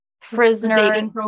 prisoner